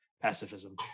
pacifism